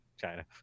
china